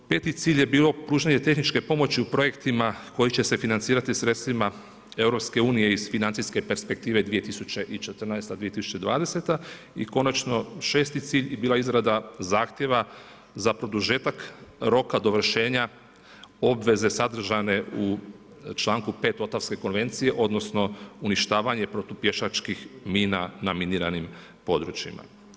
Peti cilj je bilo pružanje tehničkih projektima koji će se financirati sredstvima EU, iz financijske perspektive 2014.-2020. i konačno šesti cilj bi bila izrada zahtjeva za produžetak roka dovršenja obveze sadržane u čl. 5. Otavkse konvencije, odnosno, uništavanje protupješačkih mina na miniranim područjima.